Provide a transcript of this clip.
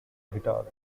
guitar